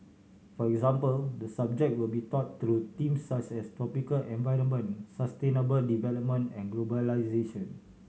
for example the subject will be taught through themes such as tropical environment sustainable development and globalisation